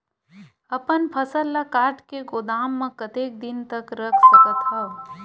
अपन फसल ल काट के गोदाम म कतेक दिन तक रख सकथव?